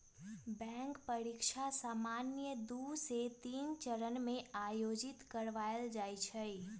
bank परीकछा सामान्य दू से तीन चरण में आयोजित करबायल जाइ छइ